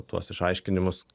tuos išaiškinimus